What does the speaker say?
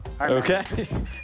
okay